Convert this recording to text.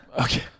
Okay